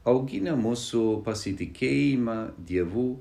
augina mūsų pasitikėjimą dievu